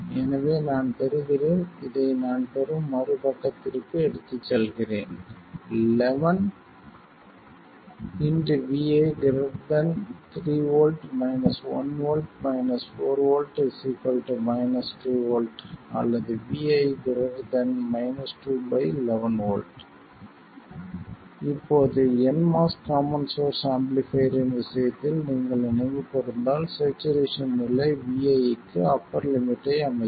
எனவே நான் பெறுகிறேன் இதை நான் பெறும் மறுபக்கத்திற்கு எடுத்துச் செல்கிறேன் 11vi 3 V 1 V 4 V 2 V அல்லது vi 2 11 V இப்போது nMOS காமன் சோர்ஸ் ஆம்பிளிஃபைர் இன் விஷயத்தில் நீங்கள் நினைவு கூர்ந்தால் ஸ்சேச்சுரேசன் நிலை vi க்கு அப்பர் லிமிட்டை அமைக்கும்